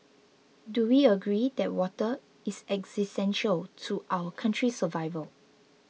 do we agree that water is existential to our country's survival